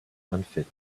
unfit